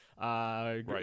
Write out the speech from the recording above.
right